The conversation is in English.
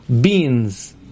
beans